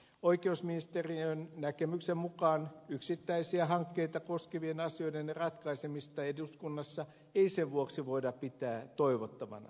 oikeusministeriön näkemyksen mukaan yksittäisiä hankkeita koskevien asioiden ratkaisemista eduskunnassa ei sen vuoksi voida pitää toivottavana